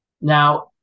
Now